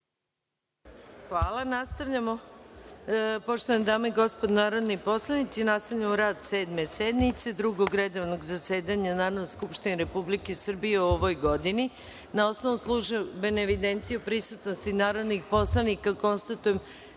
**Maja Gojković** Poštovane dame i gospodo narodni poslanici, nastavljamo rad Sedme sednice Drugog redovnog zasedanja Narodne skupštine Republike Srbije u 2016. godini. Na osnovu službene evidencije o prisutnosti narodnih poslanika, konstatujem